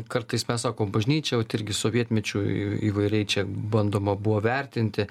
kartais mes sakom bažnyčia vat irgi sovietmečiu į įvairiai čia bandoma buvo vertinti